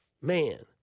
man